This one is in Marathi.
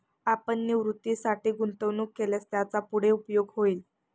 आपण निवृत्तीसाठी गुंतवणूक केल्यास त्याचा पुढे उपयोग होईल